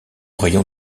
rayon